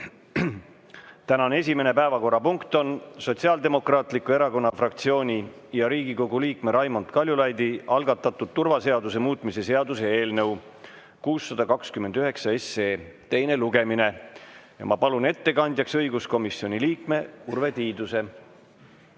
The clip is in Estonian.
Tänane esimene päevakorrapunkt on Sotsiaaldemokraatliku Erakonna fraktsiooni ja Riigikogu liikme Raimond Kaljulaidi algatatud turvaseaduse muutmise seaduse eelnõu 629 teine lugemine. Ma palun ettekandjaks õiguskomisjoni liikme Urve Tiiduse.